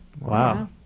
Wow